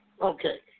Okay